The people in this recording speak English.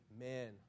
Amen